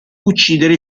uccidere